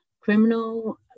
criminal